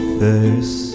face